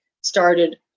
started